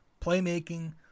playmaking